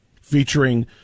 featuring